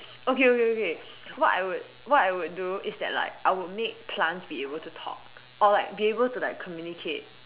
okay okay okay what I would what I would do is that like I would make plants be able to talk or like be able to like communicate